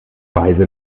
weise